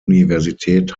universität